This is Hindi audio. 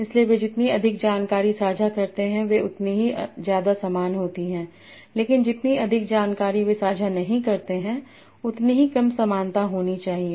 इसलिए वे जितनी अधिक जानकारी साझा करते हैं वे उतनी ही ज्यादा समान होती हैं लेकिन जितनी अधिक जानकारी वे साझा नहीं करते हैं उतनी ही कम समानता होनी चाहिए